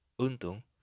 Untung